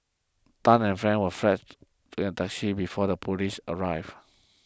Tan and friends were fled in a taxi before the police arrived